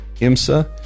IMSA